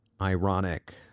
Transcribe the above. Ironic